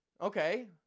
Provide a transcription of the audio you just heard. okay